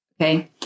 Okay